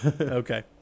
Okay